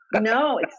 No